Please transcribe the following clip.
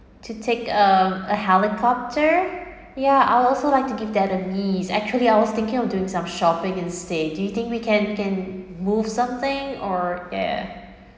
to take um a helicopter ya I'd also like to give that a miss actually I was thinking of doing some shopping instead do you think we can we can move something or yeah